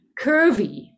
curvy